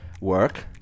work